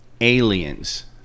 aliens